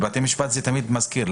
בבתי משפט זה תמיד מזכיר.